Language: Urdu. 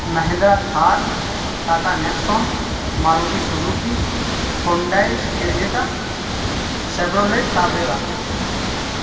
Mahindra Thar Tata Nexon Maruti Suzuki Hyundai Creta Chevrolet Tavera